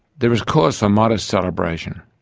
there is cause for modest celebration.